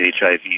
HIV